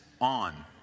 on